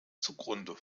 zugrunde